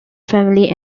family